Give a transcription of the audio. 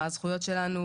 מה הזכויות שלנו,